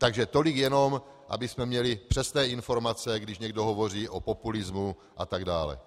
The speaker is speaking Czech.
Takže tolik jenom, abychom měli přesné informace, když někdo hovoří o populismu a tak dále.